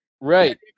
Right